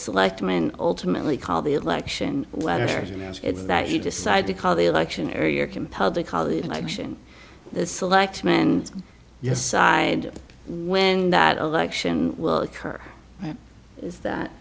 selectmen ultimately called the election letters you know that you decide to call the election or you're compelled to call it an action the select and yes side when that election will occur is that